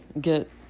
get